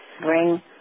bring